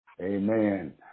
Amen